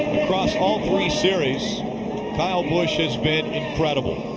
across all three series kyle busch has been incredible.